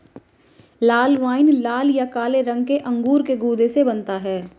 लाल wine लाल या काले रंग के अंगूर के गूदे से बनता है